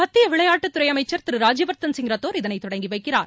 மத்திய விளையாட்டுத் துறை அமைச்சர் திரு ராஜ்யவர்தன் சிங் ரத்தோர் இதனை தொடங்கி வைக்கிறார்